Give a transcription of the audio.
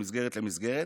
ממסגרת למסגרת.